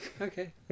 Okay